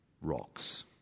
rocks